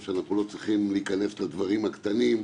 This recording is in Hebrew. שאנחנו לא צריכים להיכנס לדברים הקטנים.